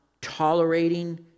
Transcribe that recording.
tolerating